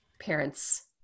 parents